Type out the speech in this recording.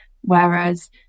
whereas